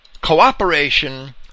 cooperation